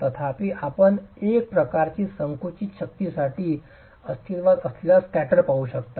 तथापि आपण एक प्रकारची संकुचित शक्तीसाठी अस्तित्वात असलेला स्कॅटर पाहू शकता